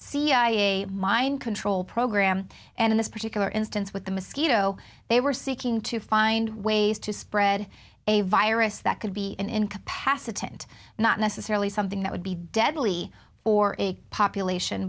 cia mind control program and in this particular instance with the mosquito they were seeking to find ways to spread a virus that could be an incapacitated not necessarily something that would be deadly for a population